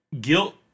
guilt